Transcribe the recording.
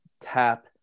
tap